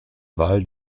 val